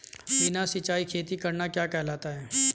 बिना सिंचाई खेती करना क्या कहलाता है?